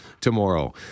tomorrow